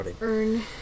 Earn